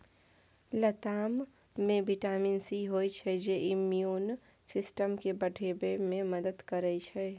लताम मे vitamin C होइ छै जे इम्युन सिस्टम केँ बढ़ाबै मे मदद करै छै